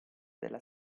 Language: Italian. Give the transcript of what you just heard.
della